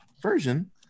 version